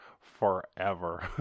forever